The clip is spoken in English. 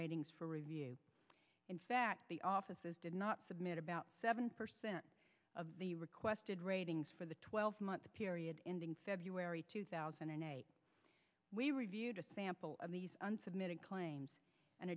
ratings for review the offices did not submit about seven percent of the requested ratings for the twelve month period ending february two thousand and eight we reviewed a sample of these and submitted claims and